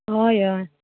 होय होय